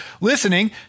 listening